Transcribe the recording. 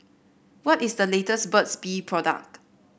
what is the latest Burt's Bee product